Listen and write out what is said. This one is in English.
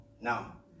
Now